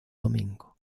domingo